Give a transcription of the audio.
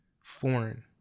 foreign